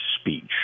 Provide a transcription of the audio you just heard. speech